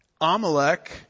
Amalek